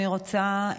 אני רוצה,